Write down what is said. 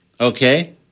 Okay